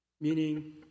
Meaning